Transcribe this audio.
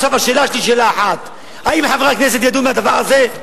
עכשיו יש לי שאלה אחת: האם חברי הכנסת ידעו מהדבר הזה?